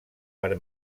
per